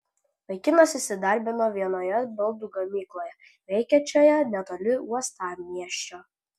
vaikinas įsidarbino vienoje baldų gamykloje veikiančioje netoli uostamiesčio